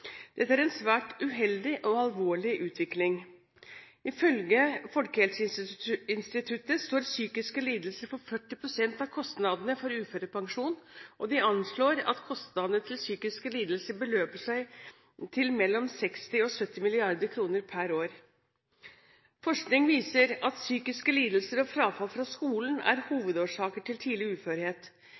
Dette er en svært uheldig og alvorlig utvikling. Ifølge Folkehelseinstituttet står psykiske lidelser for 40 pst. av kostnadene for uførepensjon, og de anslår at kostnadene til psykiske lidelser beløper seg til mellom 60 og 70 mrd. kr pr. år. Forskning viser at psykiske lidelser og frafall fra skolen er hovedårsaker til tidlig uførhet.